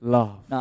love